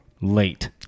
late